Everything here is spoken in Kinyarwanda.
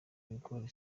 ibigori